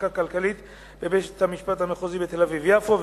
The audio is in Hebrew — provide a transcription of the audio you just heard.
המחלקה הכלכלית בבית-המשפט המחוזי בתל-אביב יפו.